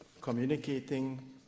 communicating